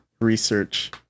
research